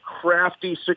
crafty